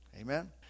Amen